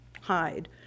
hide